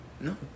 No